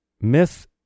myth